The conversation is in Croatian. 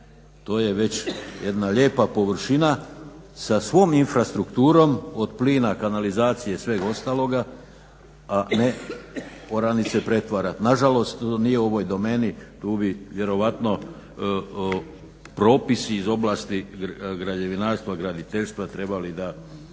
to je već jedna lijepa površina sa svom infrastrukturom od plina, kanalizacije i svega ostalog a ne oranice pretvarat. Nažalost nije u ovoj domeni tu bi vjerojatno propisi iz oblasti građevinarstva, graditeljstva trebali da